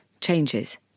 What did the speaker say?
changes